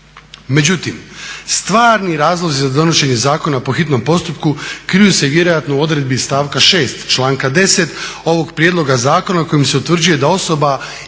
Međutim, stvarni razlozi za donošenje zakona po hitnom postupku kriju se vjerojatno u odredbi stavka 6., članka 10. ovoga prijedloga zakona kojim se utvrđuje da osoba imenovana